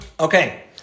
Okay